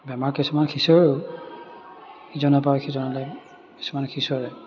বেমাৰ কিছুমান সিঁচৰেও ইজনৰ পা সিজনলৈ কিছুমান সিঁচৰে